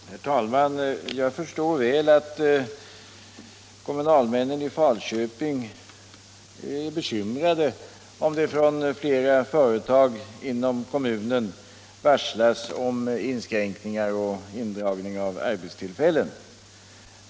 Herr talman! Jag förstår mycket väl att kommunalmännen i Falköping är bekymrade, om det från flera företag inom kommunen varslas om inskränkningar och indragning av arbetstillfällen.